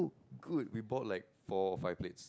good we bought like four or five plates